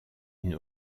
une